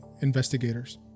investigators